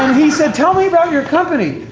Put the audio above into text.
he said, tell me about your company.